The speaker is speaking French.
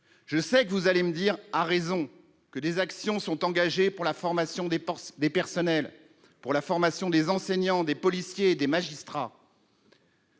Je sais que vous allez me dire, à raison, que des actions sont engagées pour la formation des personnels, des enseignants, des policiers, des magistrats.